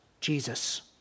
Jesus